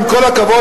עם כל הכבוד,